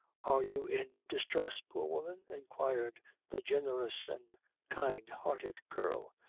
are you in distress, poor woman, inquired the generous and kind-hearted girl.